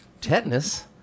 Tetanus